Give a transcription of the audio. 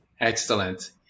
Excellent